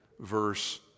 Verse